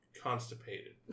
constipated